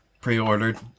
pre-ordered